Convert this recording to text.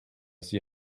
sie